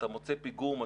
אתה מוצא פיגום,